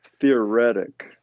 theoretic